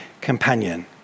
companion